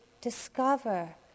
discover